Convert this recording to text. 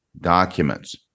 Documents